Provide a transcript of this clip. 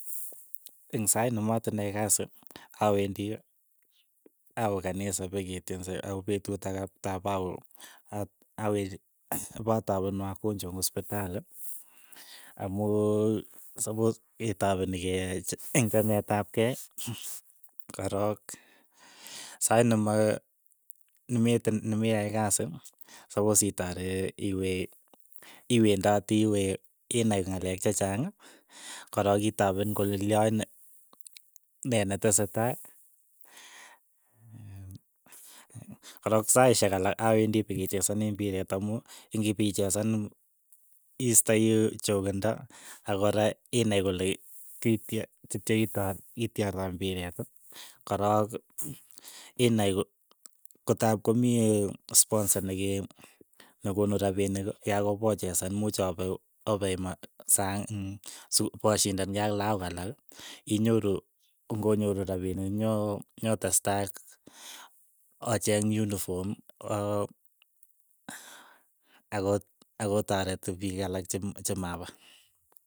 Ing' sait nimetindoi kasiit, awendi awe kanisa peketepise ako petut ake tap awe mot awe patapen wagonjwa eng' ospitali amu sapos ketapeni kee eng' chamet ap kei, korok sait nema nemetind memayae kasi, sapos itare iwe iwe iwendati iwe inai ng'alek che chaang, korook itapen kole lyoin ne netese tai. korook saishek alak awendi pikicheseni mbiret amu ngipichesan iistoi chokonda akora inai kole kity tetya ito ityar mbireet, korok inai ko kotap komi sponsa neke nekonu rapinik yakopochesan, imuch ope- ope emot saang, si poshindaen kei ak lakook alak inyoru ko ng'onyoru rapinik nyo- ootestai ocheng unifom oo, akot akotaret piik alak che mapwa.